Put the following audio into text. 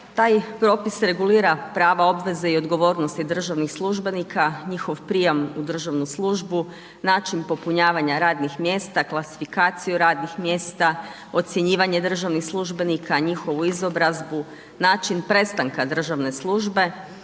Taj propis regulira prava, obveze i dogovornosti državnih službenika, njihov prijem u državnu službu, način popunjavanja radnih mjesta, klasifikaciju radnih mjesta, ocjenjivanje državnih službenika, njihovu izobrazbu, način prestanka državne službe,